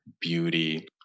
beauty